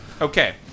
Okay